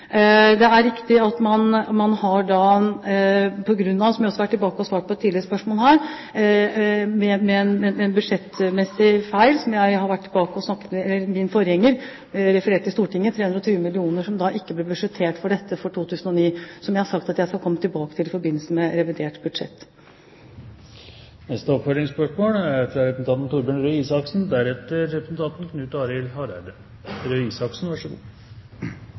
Det er riktig at man har – som jeg har svart på i et tidligere spørsmål her – en budsjettmessig feil, som jeg har snakket med min forgjenger om, og som Stortinget er orientert om. Det er 320 mill. kr som det ikke ble budsjettert med i 2009-budsjettet, og jeg har sagt at jeg skal komme tilbake til i forbindelse med revidert budsjett. Torbjørn Røe Isaksen – til oppfølgingsspørsmål.